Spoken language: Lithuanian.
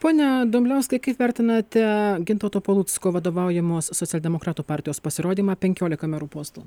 pone dumbliauskai kaip vertinate gintauto palucko vadovaujamos socialdemokratų partijos pasirodymą penkiolika merų postų